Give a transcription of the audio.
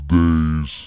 days